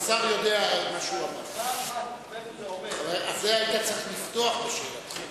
בזה היית צריך לפתוח בשאלתך.